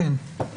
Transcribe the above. כן.